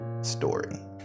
story